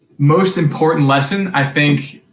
most important lesson, i think,